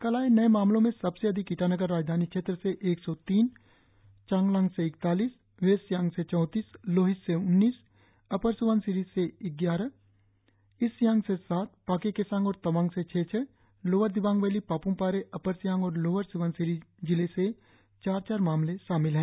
कल आए नए मामलों में सब से अधिक ईटानगर राजधानी क्षेत्र से एक सौ तीन चांगलांग से ईकतालीस वेस्ट सियांग से चौतीस लोहित से उन्नीस अपर स्बनसिरी से ग्यारह ईस्ट सियांग से सात पाक्के केसांग और तवांग से छह छह Lower Dibang Valley Papum Pare Upper Siang और लोअर स्बनसिरी जिले के चार चार मामले शामिल है